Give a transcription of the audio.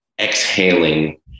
exhaling